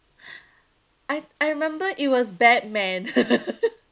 I I remember it was batman